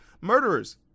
murderers